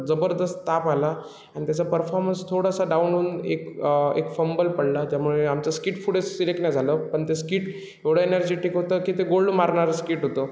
जबरदस्त ताप आला आणि त्याचा परफॉरमन्स थोडासा डाउन होऊन एक एक फंबल पडला ज्यामुळे आमचं स्किट पुढे सिलेक्ट नाही झालं पण ते स्किट एवढं एनर्जेटिक होतं की ते गोल्ड मारणारं स्किट होतं